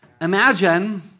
imagine